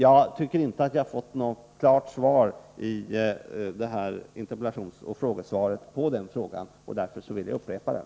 Jag tycker inte att jag i det här interpellationsoch frågesvaret har fått något klart svar på den frågan. Därför vill jag upprepa den.